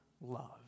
love